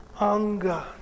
anger